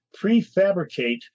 prefabricate